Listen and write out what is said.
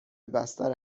بستر